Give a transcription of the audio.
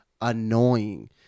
annoying